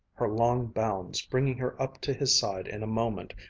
her long bounds bringing her up to his side in a moment.